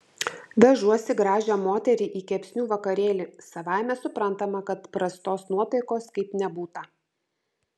vežuosi gražią moterį į kepsnių vakarėlį savaime suprantama kad prastos nuotaikos kaip nebūta